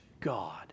God